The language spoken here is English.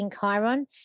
Chiron